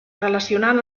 relacionant